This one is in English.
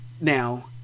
Now